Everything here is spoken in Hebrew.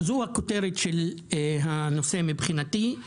זו הכותרת של הנושא מבחינתי.